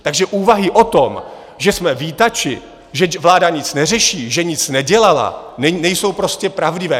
Takže úvahy o tom, že jsme vítači, že vláda nic neřeší, že nic nedělala, nejsou prostě pravdivé.